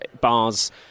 bars